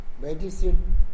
medicine